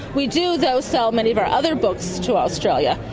we do though sell many of our other books to australia.